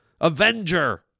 Avenger